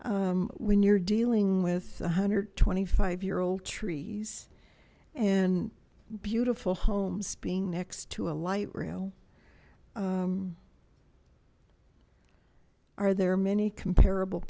when you're dealing with a hundred twenty five year old trees and beautiful homes being next to a light rail are there many comparable